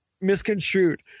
Misconstrued